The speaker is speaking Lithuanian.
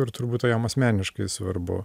ir turbūt to jam asmeniškai svarbu